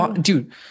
dude